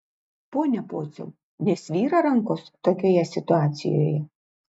pone pociau nesvyra rankos tokioje situacijoje